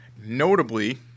Notably